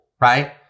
right